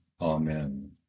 Amen